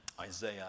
Isaiah